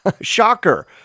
shocker